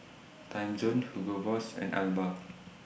Timezone Hugo Boss and Alba